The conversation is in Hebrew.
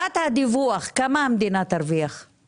כמה המדינה תרוויח מחובת הדיווח?